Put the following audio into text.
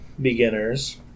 beginners